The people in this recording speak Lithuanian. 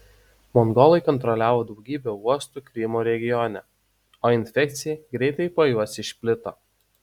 mongolai kontroliavo daugybę uostų krymo regione o infekcija greitai po juos išplito